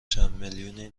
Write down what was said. چندمیلیونی